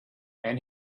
and